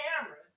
cameras